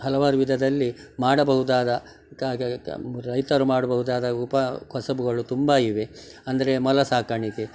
ಹಲವಾರು ವಿಧದಲ್ಲಿ ಮಾಡಬಹುದಾದ ರೈತರು ಮಾಡಬಹುದಾದ ಉಪಕಸಬುಗಳು ತುಂಬ ಇವೆ ಅಂದರೆ ಮೊಲ ಸಾಕಾಣಿಕೆ